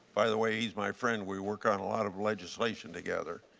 by the way, he is my friend, we work on a lot of legislation together.